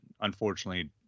unfortunately